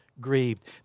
grieved